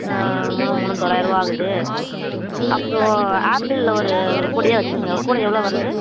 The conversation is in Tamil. மூணும் மூணும் தொளாயிரருவா ஆகுது அப்புறம் ஆப்பிள்ல ஒரு ஒரு கூடையே வச்சிருங்க ஒரு கூட எவ்வளோ வருது